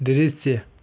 दृश्य